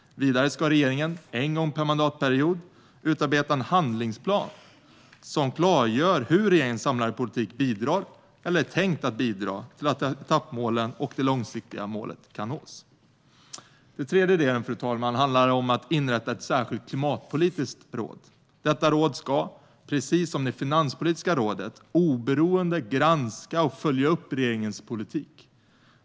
Vidare ska regeringen, en gång per mandatperiod, utarbeta en handlingsplan som klargör hur regeringens samlade politik bidrar eller är tänkt att bidra till att etappmålen och det långsiktiga målet kan nås. Fru talman! Den tredje delen handlar om att inrätta ett särskilt klimatpolitiskt råd. Detta råd ska, precis som Finanspolitiska rådet, oberoende granska och följa upp regeringens politik.